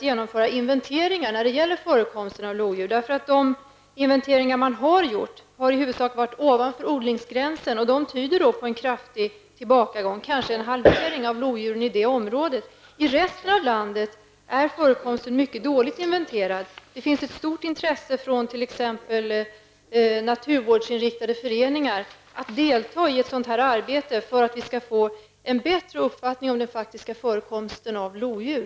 De inventeringar som hittills har gjorts har i huvudsak skett ovanför odlingsgränsen. Dessa inventeringar tyder på en kraftig tillbakagång, kanske en halvering av antalet lodjur i detta område. I resten av landet är förekomsten av lodjur mycket dåligt inventerad. Det finns ett stort intresse från naturvårdsinriktade föreningar att delta i ett sådant arbete för att vi skall få en bättre uppfattning om den faktiska förekomsten av lodjur.